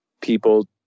people